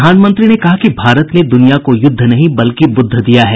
प्रधानमंत्री ने कहा कि भारत ने दुनिया को युद्ध नहीं बल्कि बुद्ध दिया है